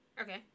Okay